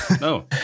No